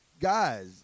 guys